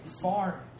far